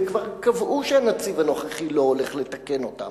וכבר קבעו שהנציב הנוכחי לא הולך לתקן אותן,